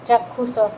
ଚାକ୍ଷୁଷ